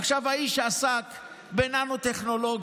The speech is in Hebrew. עכשיו, האיש שעסק בננוטכנולוגיה,